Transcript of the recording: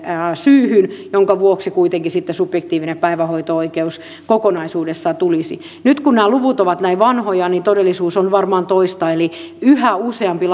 syyhyn jonka vuoksi kuitenkin sitten subjektiivinen päivähoito oikeus kokonaisuudessaan tulisi nyt kun nämä luvut ovat näin vanhoja niin todellisuus on varmaan toista eli yhä useampi